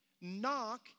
Knock